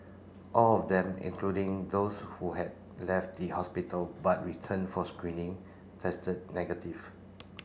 all of them including those who had left the hospital but returned for screening tested negative